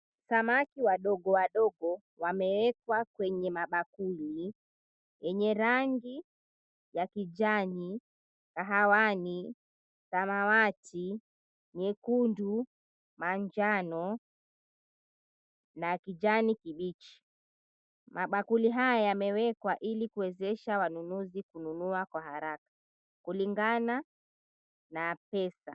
Samaki wadogo wadogo wamewekwa kwenye mabakuli yenye rangi ya kijani, kahawani, samawati, nyekundu, manjano na kijani kibichi. Mabakuli haya yamewekwa ili kuwezesha wanunuzi kunua kwa haraka kulingana na pesa.